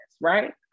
right